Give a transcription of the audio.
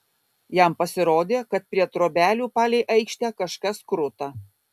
jam pasirodė kad prie trobelių palei aikštę kažkas kruta